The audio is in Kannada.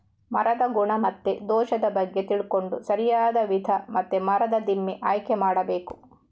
ಮರದ ಗುಣ ಮತ್ತೆ ದೋಷದ ಬಗ್ಗೆ ತಿಳ್ಕೊಂಡು ಸರಿಯಾದ ವಿಧ ಮತ್ತೆ ಮರದ ದಿಮ್ಮಿ ಆಯ್ಕೆ ಮಾಡಬೇಕು